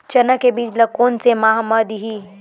चना के बीज ल कोन से माह म दीही?